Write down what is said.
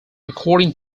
according